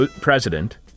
President